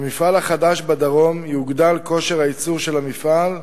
במפעל החדש בדרום יוגדל כושר הייצור של המפעל,